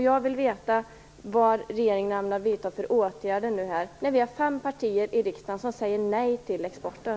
Jag vill veta vilka åtgärder regeringen ämnar vidta, när vi är fem partier i riksdagen som säger nej till exporten.